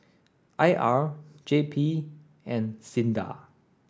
I R J P and SINDA